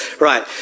Right